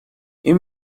این